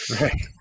Right